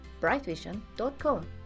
brightvision.com